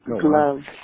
gloves